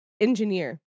engineer